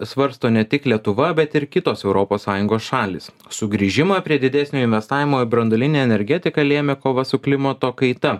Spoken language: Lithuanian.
svarsto ne tik lietuva bet ir kitos europos sąjungos šalys sugrįžimą prie didesnio investavimo į branduolinę energetiką lėmė kova su klimato kaita